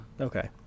Okay